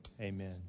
amen